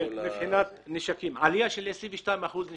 מבחינת נשק, עלייה של 22 אחוזים בנשק.